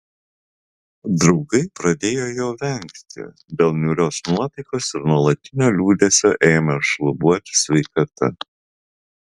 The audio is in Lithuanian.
draugai pradėjo jo vengti dėl niūrios nuotaikos ir nuolatinio liūdesio ėmė šlubuoti sveikata